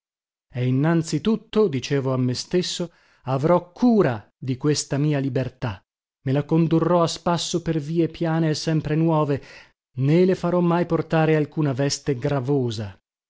innanzi tutto dicevo a me stesso avrò cura di questa mia libertà me la condurrò a spasso per vie piane e sempre nuove né le farò mai portare alcuna veste gravosa